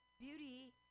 beauty